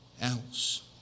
else